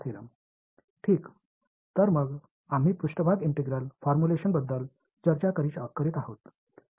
ठीक तर मग आम्ही पृष्ठभाग इंटिग्रल फॉर्मुलेषणबद्दल चर्चा करीत आहोत